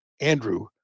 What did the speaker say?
Andrew